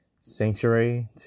sanctuary